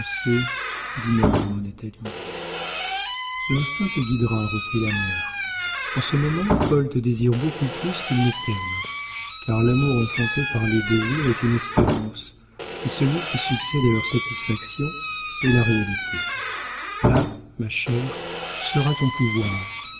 dit naïvement natalie l'instinct te guidera reprit la mère en ce moment paul te désire beaucoup plus qu'il ne t'aime car l'amour enfanté par les désirs est une espérance et celui qui succède à leur satisfaction est la réalité là ma chère sera ton pouvoir